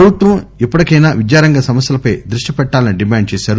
పభుత్వం ఇప్పటికైనా విద్యారంగ సమస్యలపై దృష్టి పెట్టాలని డిమాండ్ చేశారు